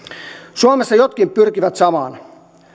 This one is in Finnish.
suomessa jotkut pyrkivät samaan